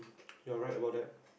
you are right about that